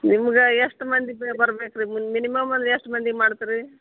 ನಿಮ್ಗೆ ಎಷ್ಟು ಮಂದಿ ಬರ್ಬೇಕು ರೀ ಮಿನಿಮಮ್ ಅಂದ್ರೆ ಎಷ್ಟು ಮಂದಿಗೆ ಮಾಡ್ತೀರಿ